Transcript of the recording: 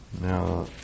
now